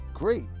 great